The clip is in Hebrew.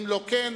שאם לא כן,